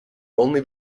only